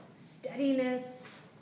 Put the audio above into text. steadiness